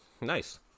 Nice